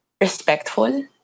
respectful